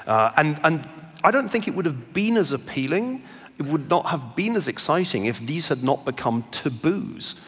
and and i don't think it would have ah been as appealing, it would not have been as exciting if these had not become taboos.